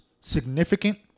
significant